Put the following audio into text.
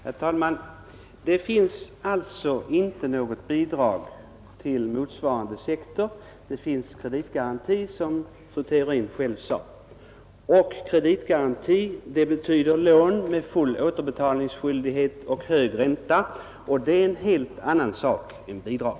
Herr talman! Det finns alltså inte något bidrag till motsvarande sektor; det finns kreditgaranti, som fru Theorin själv sade, och kreditgaranti betyder lån med full återbetalningsskyldighet och hög ränta, och det är en helt annan sak än bidrag.